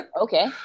okay